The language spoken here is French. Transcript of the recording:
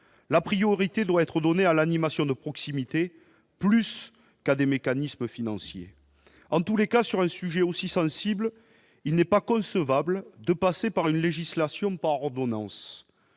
la priorité doit être donnée à l'animation de proximité plus qu'à des mécanismes financiers en tous les cas sur un sujet aussi sensible, il n'est pas concevable de passer par une législation pas ordonnance